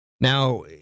Now